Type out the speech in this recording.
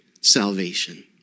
salvation